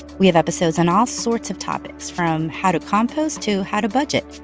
we have episodes on all sorts of topics from how to compost to how to budget.